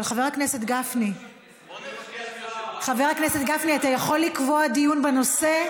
אתה יכול לקבוע דיון בנושא,